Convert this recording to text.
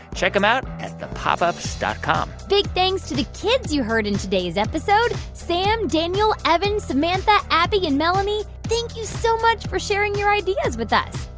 check them out at thepopups dot com big thanks to the kids you heard in today's episode. sam, daniel, evan, samantha, abby and melanie, thank you so much for sharing your ideas with us.